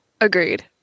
Agreed